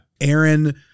Aaron